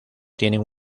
tienen